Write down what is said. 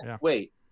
Wait